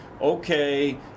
Okay